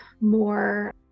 more